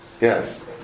Yes